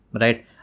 Right